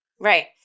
Right